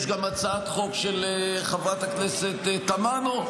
יש גם הצעת חוק של חברת הכנסת תמנו,